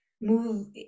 move